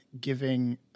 giving